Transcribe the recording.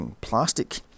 plastic